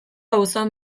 auzoan